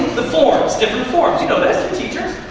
the forms, different forms. you know this. you're teachers.